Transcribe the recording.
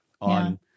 on